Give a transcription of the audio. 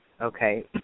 Okay